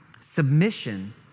Submission